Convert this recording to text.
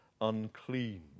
unclean